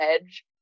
edge